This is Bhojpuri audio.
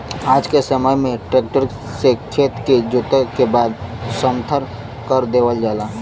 आज के समय में ट्रक्टर से खेत के जोतले के बाद समथर कर देवल जाला